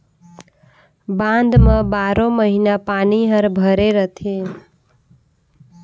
बांध म बारो महिना पानी हर भरे रथे